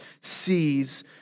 sees